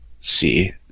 see